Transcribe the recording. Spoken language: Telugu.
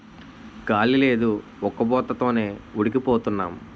గాలి లేదు ఉక్కబోత తోనే ఉడికి పోతన్నాం